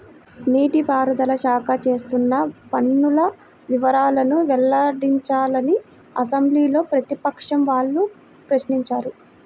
నీటి పారుదల శాఖ చేస్తున్న పనుల వివరాలను వెల్లడించాలని అసెంబ్లీలో ప్రతిపక్షం వాళ్ళు ప్రశ్నించారు